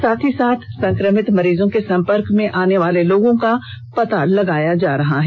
साथ ही साथ संकमित मरीजों के संपर्क में आनेवाले लोगों का पता लगाया जा रहा है